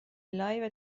لایو